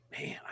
man